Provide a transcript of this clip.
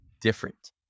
different